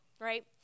right